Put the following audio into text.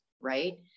right